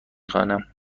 خوانم